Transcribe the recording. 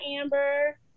Amber